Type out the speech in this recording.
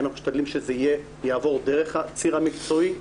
האם אנחנו משתדלים שזה יעבור דרך הציר המקצועי?